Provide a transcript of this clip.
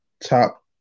top